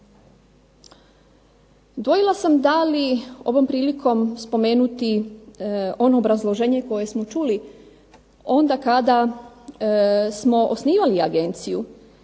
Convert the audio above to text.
Dvojila sam da li ovom prilikom spomenuti ono obrazloženje koje smo čuli onda kada smo osnivali agenciju